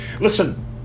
Listen